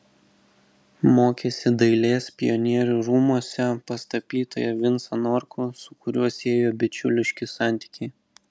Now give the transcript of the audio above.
mokėsi dailės pionierių rūmuose pas tapytoją vincą norkų su kuriuo siejo bičiuliški santykiai